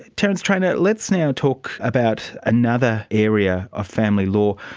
terrance trainor, let's now talk about another area of family law,